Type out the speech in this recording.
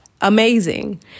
Amazing